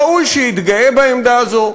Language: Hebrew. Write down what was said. ראוי שיתגאה בעמדה הזו,